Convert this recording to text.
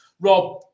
Rob